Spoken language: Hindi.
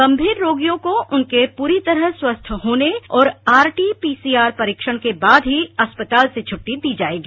गंभीर रोगियों को उनके पूरी तरह स्वस्थ होने और आरटी पीसीआर परीक्षण के बाद ही अस्पताल से छुट्टी दी जाएगी